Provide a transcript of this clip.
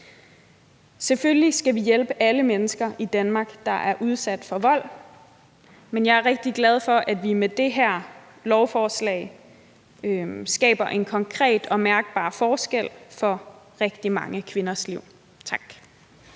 Selvfølgelig skal vi hjælpe alle mennesker i Danmark, der er udsat for vold, men jeg er rigtig glad for, at vi med det her lovforslag skaber en konkret og mærkbar forskel for rigtig mange kvinders liv. Tak.